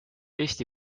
eesti